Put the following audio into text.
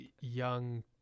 young